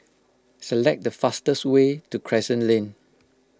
select the fastest way to Crescent Lane